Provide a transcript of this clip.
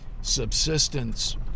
subsistence